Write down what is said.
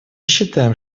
считаем